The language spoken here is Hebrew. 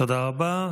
תודה רבה.